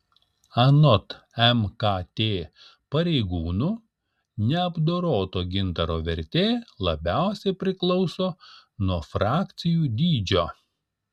anot mkt pareigūnų neapdoroto gintaro vertė labiausiai priklauso nuo frakcijų dydžio